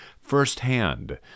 firsthand